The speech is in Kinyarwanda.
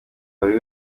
buri